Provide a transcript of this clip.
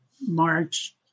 March